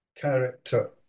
character